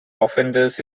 offenders